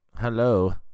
Hello